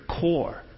core